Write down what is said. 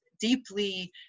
deeply